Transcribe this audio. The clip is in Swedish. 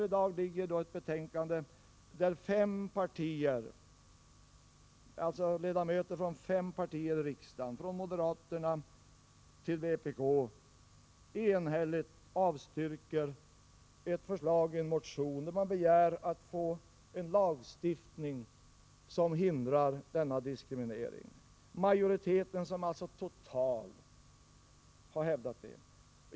I dag ligger här ett betänkande där ledamöter från fem partier i riksdagen — från moderaterna till vpk — enhälligt avstyrker ett förslag i en motion där man begär att få en lagstiftning som hindrar denna diskriminering. Majoriteten, som alltså är total, har hävdat detta.